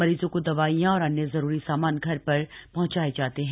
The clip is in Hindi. मरीजों को दवाइयां और अन्य जरूरी सामान घर पर पहंचाई जाती है